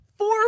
Four